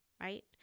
right